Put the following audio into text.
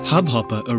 Hubhopper